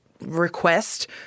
request